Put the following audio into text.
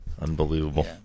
Unbelievable